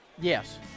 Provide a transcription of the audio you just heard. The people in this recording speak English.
yes